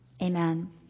amen